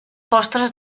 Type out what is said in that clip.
postres